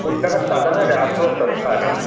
कुतः ततः रात्रौ प्रस्थानम्